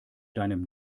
deinem